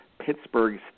Pittsburgh